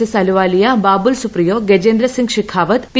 S Ahluwalia Babul Supriyo Gajendra Singh Shekhawat P